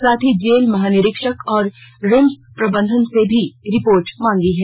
साथ ही जेल महानिरीक्षक और रिम्स प्रबंधन से भी रिपोर्ट मांगी है